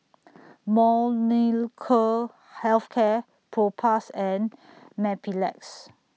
Molnylcke Health Care Propass and Mepilex